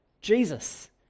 Jesus